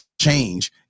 change